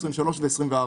2023 ו-2024.